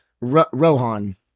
Rohan